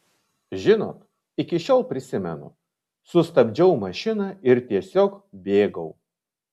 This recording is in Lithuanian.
žinot iki šiol prisimenu sustabdžiau mašiną ir tiesiog bėgau